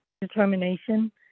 determination